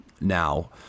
Now